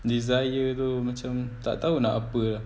desire tu macam tak tahu nak apa ah